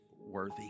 worthy